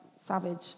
savage